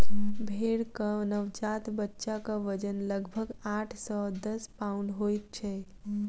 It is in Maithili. भेंड़क नवजात बच्चाक वजन लगभग आठ सॅ दस पाउण्ड होइत छै